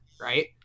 right